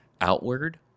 outward